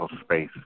space